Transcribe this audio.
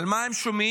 אבל מה הם שומעים?